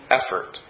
effort